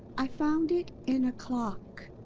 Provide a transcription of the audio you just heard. i found it in a clock.